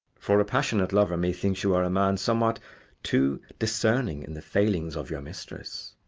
for a passionate lover methinks you are a man somewhat too discerning in the failings of your mistress.